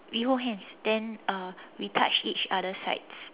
we hold hands then uh we touch each other's sides